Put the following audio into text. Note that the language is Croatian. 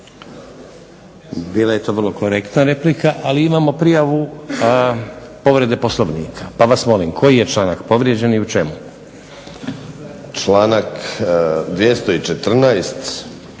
Bila je to vrlo korektna replika, ali imamo prijavu povredu Poslovnika. Pa vas molim koji je članak povrijeđen i u čemu? **Vinković,